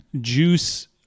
juice